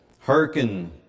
hearken